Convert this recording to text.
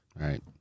right